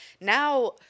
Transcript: Now